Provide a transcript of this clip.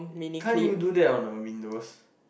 can't you do that on the windows